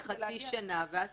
תעשו חצי שנה, ואם